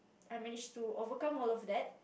I managed to overcome all of that